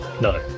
No